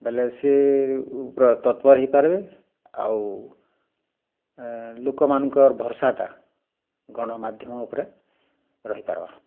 ବେଲେ ସେ ଉପ୍ରେ ତତ୍ପର୍ ହେଇପାର୍ବେ ଆଉ ଲୋକମାନ୍ଙ୍କର୍ ଭର୍ସାଟା ଗଣମାଧ୍ୟମ ଉପ୍ରେ ରହିପାର୍ବା